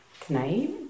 tonight